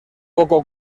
poco